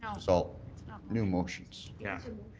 um so all new motions. yeah.